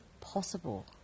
possible